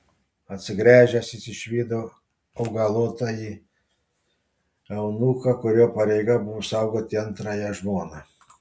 atsigręžęs jis išvydo augalotąjį eunuchą kurio pareiga buvo saugoti antrąją žmoną